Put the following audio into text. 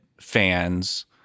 fans